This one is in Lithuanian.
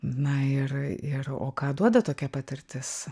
na ir ir o ką duoda tokia patirtis